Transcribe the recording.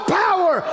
power